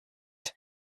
that